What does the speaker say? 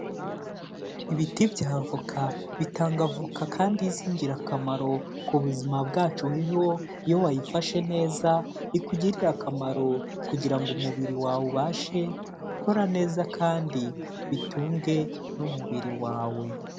Ibiti by'avoka bitanga avoka kandi z'ingirakamaro ku buzima bwacu, weho iyo wayifashe neza ikugirira akamaro kugira ngo umubiri wawe ubashe gukora neza kandi bitunge n'umubiri wawe.